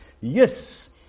yes